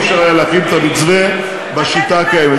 לא היה אפשר להקים את המתווה בשיטה הקיימת.